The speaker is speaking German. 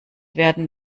werden